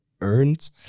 earned